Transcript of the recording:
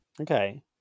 Okay